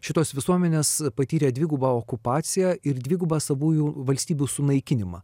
šitos visuomenės patyrė dvigubą okupaciją ir dvigubą savųjų valstybių sunaikinimą